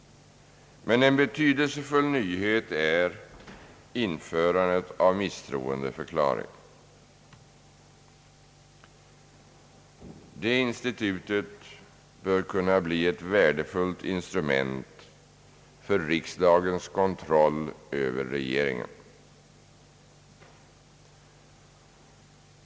En betydelsefull nyhet är emellertid införandet av misstroendeförklaring. Detta institut bör kunna bli ett värdefullt instrument för riksdagens kontroll över regeringen.